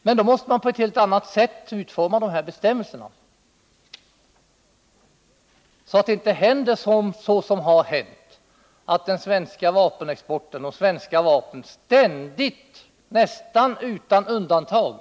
Men då måste man utforma bestämmelserna på ett helt annat sätt, så att det inte händer sådant som redan har inträffat när det gäller svensk vapenexport.